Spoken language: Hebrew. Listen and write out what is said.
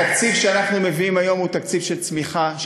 התקציב שאנחנו מביאים היום הוא תקציב של צמיחה,